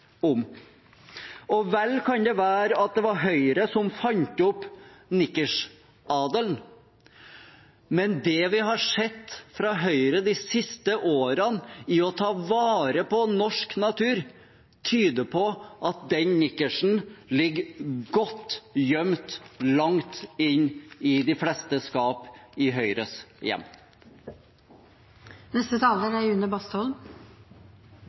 om. Vel kan det være at det var Høyre som fant opp nikkersadelen, men det vi har sett fra Høyre de siste årene når det gjelder å ta vare på norsk natur, tyder på at den nikkersen ligger godt gjemt langt inne i skapet i de fleste Høyre-hjem. Nå er